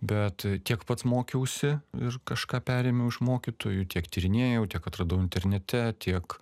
bet tiek pats mokiausi ir kažką perėmiau iš mokytojų tiek tyrinėjau tiek atradau internete tiek